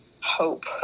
hope